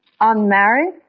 unmarried